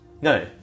No